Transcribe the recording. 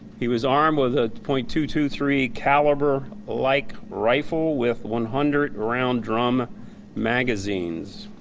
he was armed with a point two two three caliber-like like rifle with one hundred round drum magazines.